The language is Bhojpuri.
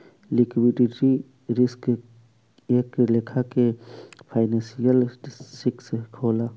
लिक्विडिटी रिस्क एक लेखा के फाइनेंशियल रिस्क होला